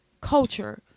culture